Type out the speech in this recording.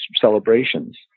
celebrations